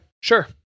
sure